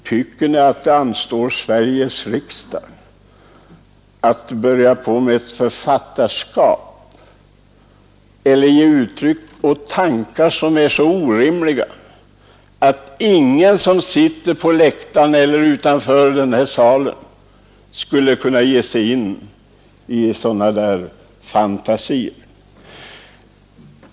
Tycker ni att det anstår Sveriges riksdag att ge uttryck åt tankar av detta slag — fantasier — som är så orimliga att ingen av dem som här sitter på läktaren eller befinner sig utanför denna sal skulle komma på idén att göra det.